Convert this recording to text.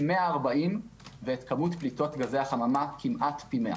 140 ואת כמות פליטות גזי החממה כמעט פי מאה